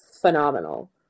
phenomenal